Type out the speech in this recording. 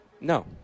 No